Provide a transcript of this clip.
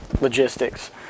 logistics